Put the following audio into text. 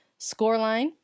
scoreline